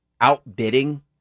outbidding